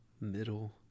middle